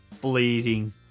bleeding